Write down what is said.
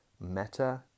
meta